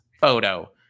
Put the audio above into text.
photo